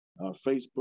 Facebook